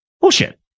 Bullshit